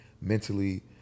mentally